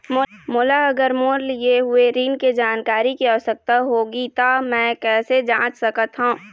मोला अगर मोर लिए हुए ऋण के जानकारी के आवश्यकता होगी त मैं कैसे जांच सकत हव?